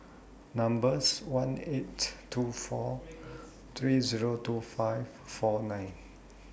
number's one eight two four three Zero two five four nine